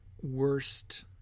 worst